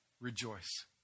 Rejoice